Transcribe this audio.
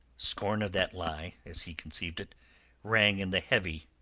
scorn of that lie as he conceived it rang in the heavy,